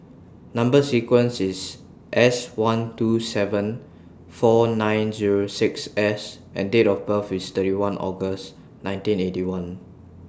Number sequence IS S one two seven four nine Zero six S and Date of birth IS thirty one August nineteen Eighty One